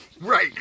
Right